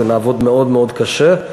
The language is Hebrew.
ונעבוד מאוד מאוד קשה.